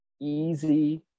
easy